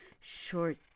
short